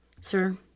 Sir